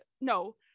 no